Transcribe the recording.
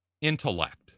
intellect